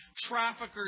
Traffickers